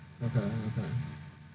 okay okay